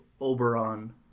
Oberon